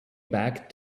back